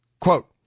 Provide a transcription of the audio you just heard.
quote